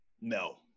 No